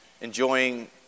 enjoying